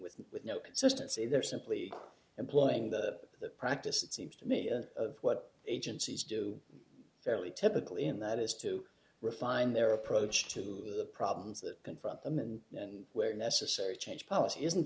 with with no consistency they're simply employing the practice it seems to me of what agencies do fairly typical in that is to refine their approach to the problems that confront them and where necessary change policy isn't